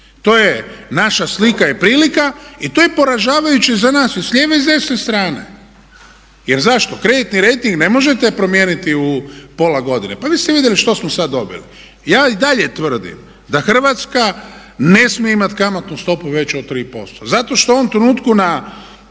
To je naša slika i prilika i to je poražavajuće za nas i s lijeve i s desne strane. Jer zašto? Kreditni rejting ne možete promijeniti u pola godine. Pa vi ste vidjeli što smo sad dobili. Ja i dalje tvrdim da Hrvatska ne smije imati kamatnu stopu veću od 3% zato što u ovom trenutku na